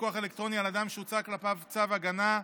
פיקוח אלקטרוני על אדם שהוצא כלפיו צו הגנה),